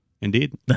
Indeed